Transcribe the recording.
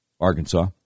Arkansas